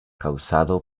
causado